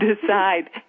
decide